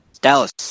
Dallas